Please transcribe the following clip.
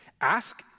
ask